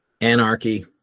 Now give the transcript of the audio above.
Anarchy